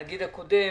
הנגיד הקודם